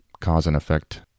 cause-and-effect